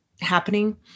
happening